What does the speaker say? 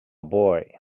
boy